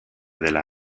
dela